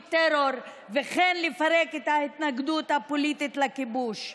"טרור" וכך לפרק את ההתנגדות הפוליטית לכיבוש.